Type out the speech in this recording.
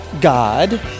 God